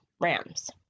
Rams